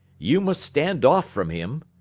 you must stand off from him,